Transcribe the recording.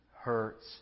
hurts